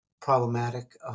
problematic